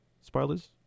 spoilers